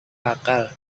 akal